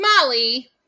Molly